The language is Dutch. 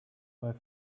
mijn